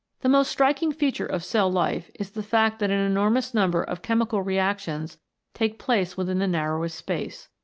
the most striking feature of cell life is the fact that an enormous number of chemical re actions take place within the narrowest space.